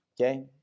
Okay